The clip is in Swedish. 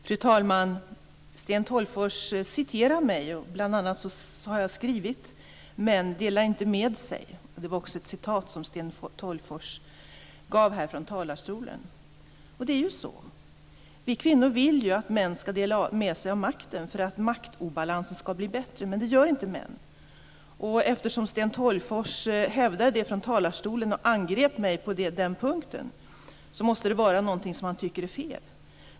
Fru talman! Sten Tolgfors citerar mig. Bl.a. har jag skrivit: "Män delar inte med sig." Detta citerade Sten Tolgfors här i talarstolen. Men det är ju så. Vi kvinnor vill att män skall dela med sig av makten för att det skall bli bättre vad gäller maktobalansen men det gör inte män. Eftersom Sten Tolgfors hävdade det från talarstolen och angrep mig på den punkten måste det vara någonting som han tycker är fel.